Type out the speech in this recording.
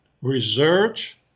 research